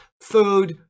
Food